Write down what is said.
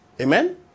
Amen